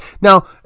Now